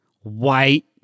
white